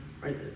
right